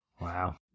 Wow